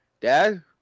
Dad